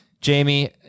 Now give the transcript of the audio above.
Jamie